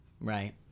right